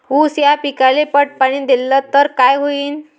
ऊस या पिकाले पट पाणी देल्ल तर काय होईन?